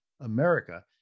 America